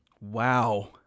Wow